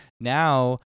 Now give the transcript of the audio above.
Now